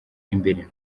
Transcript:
imbere